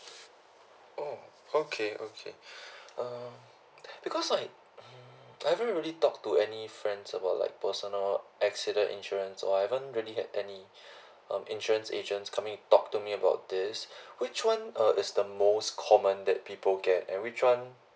orh okay okay uh because like I haven't really talk to any friends about like personal accident insurance so I haven't really had any um insurance agents coming and talk to me about this which one uh is the most common that people get and which one